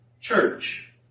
church